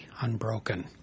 unbroken